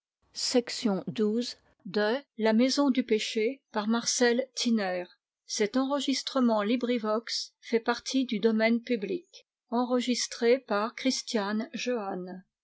à la maison du